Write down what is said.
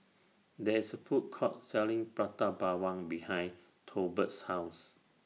There IS A Food Court Selling Prata Bawang behind Tolbert's House